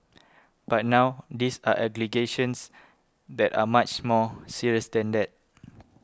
but now these are allegations that are much more serious than that